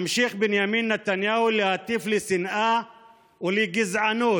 ממשיך בנימין נתניהו להטיף לשנאה ולגזענות